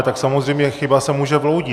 Tak samozřejmě chyba se může vloudit.